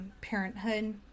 Parenthood